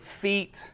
feet